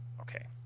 Okay